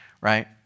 right